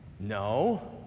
no